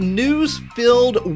news-filled